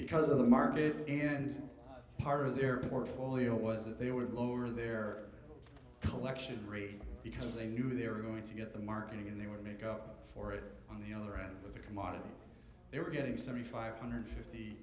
because of the market and part of their portfolio was that they would lower their collection rate because they knew they were going to get the marketing and they would make up for it on the other end as a commodity they were getting seventy five hundred fifty